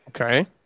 Okay